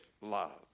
love